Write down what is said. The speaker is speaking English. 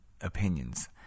opinions